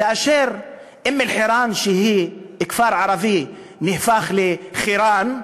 כאשר אום-אלחיראן, שהוא כפר ערבי, נהפך לחירן,